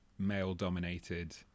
Male-dominated